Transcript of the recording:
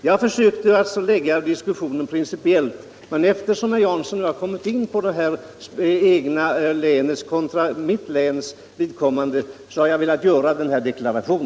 Jag försökte diskutera problemet principiellt, men eftersom herr Jans Samarbete mellan son nu kommit in på det egna länets problem kontra mitt hemlän har Jag velat göra denna deklaration.